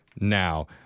now